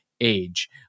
age